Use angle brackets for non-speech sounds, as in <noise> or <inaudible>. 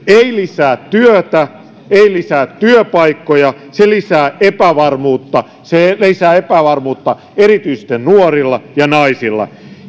<unintelligible> ei lisää työtä ei lisää työpaikkoja se lisää epävarmuutta se lisää epävarmuutta erityisesti nuorilla ja naisilla